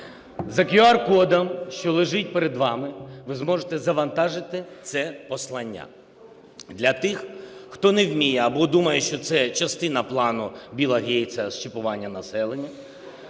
За QR-кодом, що лежить перед вами, ви зможете завантажити це послання. Для тих, хто не вміє або думає, що це частина плану Білла Гейтса з чіпування населення,